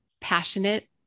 passionate